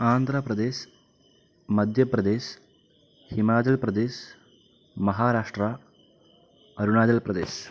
Andhra Pradesh Madhya Pradesh Himachal Pradesh Maharashtra Arunachal Pradesh